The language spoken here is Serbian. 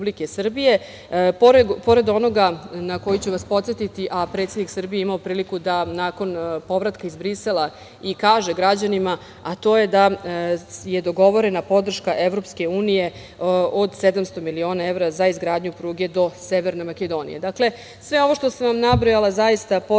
pored onoga, na koji ću vas podsetiti, a predsednik Srbije je imao priliku da nakon povratka iz Brisela kaže građanima, a to je da je dogovorena podrška EU od 700 miliona evra za izgradnju pruge do Severne Makedonije. Sve